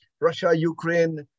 Russia-Ukraine